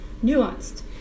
nuanced